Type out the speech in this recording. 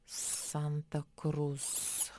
santa krus